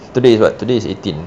today is what today is eighteen